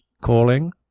Calling